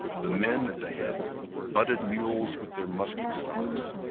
the men at the head butted mules with their musket stocks.